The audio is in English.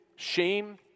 Shame